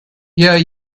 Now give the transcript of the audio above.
yeah